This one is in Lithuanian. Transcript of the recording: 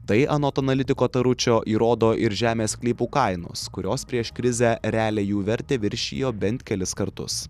tai anot analitiko taručio įrodo ir žemės sklypų kainos kurios prieš krizę realią jų vertę viršijo bent kelis kartus